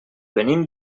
venim